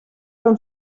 from